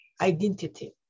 identity